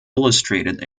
illustrated